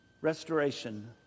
Restoration